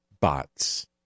bots